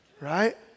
right